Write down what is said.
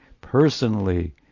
personally